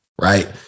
right